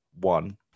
one